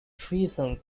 treason